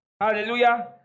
Hallelujah